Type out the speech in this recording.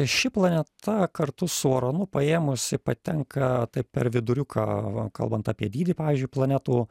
ši planeta kartu su uranu paėmus ji patenka taip per viduriuką va kalbant apie dydį pavyzdžiui planetų